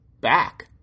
back